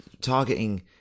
targeting